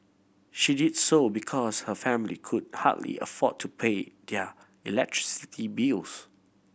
she did so because her family could hardly afford to pay their electricity bills